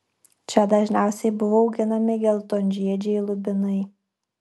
čia dažniausiai buvo auginami geltonžiedžiai lubinai